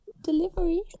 Delivery